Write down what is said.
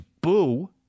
boo